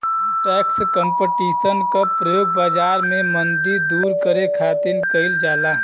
tax competition क प्रयोग बाजार में मंदी दूर करे खातिर कइल जाला